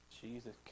Jesus